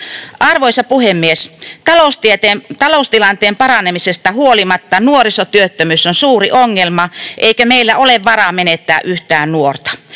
Arvoisa puhemies! Taloustilanteen paranemisesta huolimatta nuorisotyöttömyys on suuri ongelma, eikä meillä ole varaa menettää yhtään nuorta.